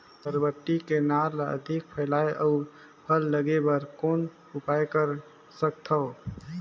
बरबट्टी के नार ल अधिक फैलाय अउ फल लागे बर कौन उपाय कर सकथव?